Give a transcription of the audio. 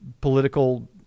political